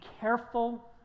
careful